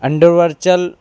under virtual